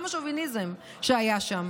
גם השוביניזם שהיה שם,